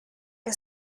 che